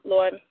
Lord